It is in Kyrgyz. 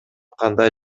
кандай